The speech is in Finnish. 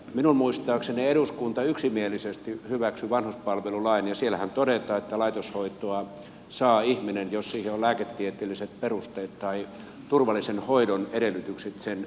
minun muistaakseni eduskunta yksimielisesti hyväksyi vanhuspalvelulain ja siellähän todetaan että ihminen saa laitoshoitoa jos siihen on lääketieteelliset perusteet tai turvallisen hoidon edellytykset sen niin määräävät